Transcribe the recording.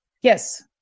Yes